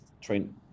train